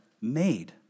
made